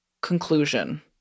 conclusion